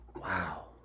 wow